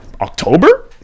October